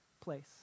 place